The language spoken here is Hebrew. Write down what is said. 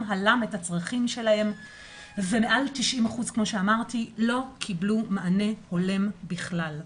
הלם את הצרכים שלהם ומעל 90% לא קיבלו מענה הולם בכלל.